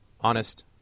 honest